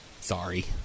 Sorry